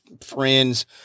friends